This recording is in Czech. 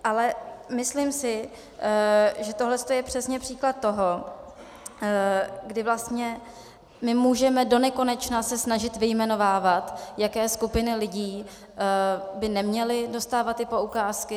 Ale myslím si, že tohle je přesně příklad toho, kdy vlastně nemůžeme donekonečna se snažit vyjmenovávat, jaké skupiny lidí by neměly dostávat ty poukázky.